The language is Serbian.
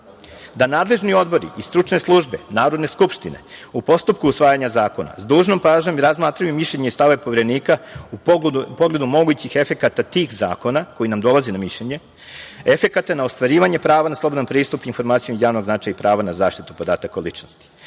da nadležni odbori i stručne službe Narodne skupštine u postupku usvajanja zakona s dužnom pažnjom da razmatraju mišljenje i stavove Poverenika u pogledu mogućih efekata tih zakona koji nam dolaze na mišljenje, efekata na ostvarivanje prava na slobodan pristup informacijama od javnog značaja i prava na zaštitu podataka o ličnosti. Takođe,